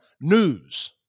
news